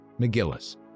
McGillis